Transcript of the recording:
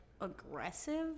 aggressive